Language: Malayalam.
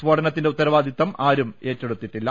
സ്ഫോടനത്തിന്റെ ഉത്തരവാദിത്വം ആരും ഏറ്റെടുത്തിട്ടി ല്ല